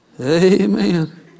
Amen